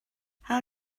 how